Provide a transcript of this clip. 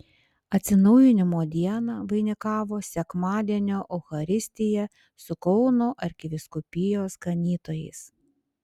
atsinaujinimo dieną vainikavo sekmadienio eucharistija su kauno arkivyskupijos ganytojais